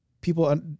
people